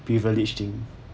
privilege thing